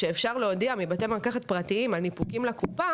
שאפשר להודיע מבתי מרקחת פרטיים על ניפוקים לקופה